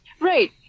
right